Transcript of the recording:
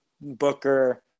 Booker